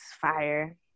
fire